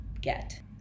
get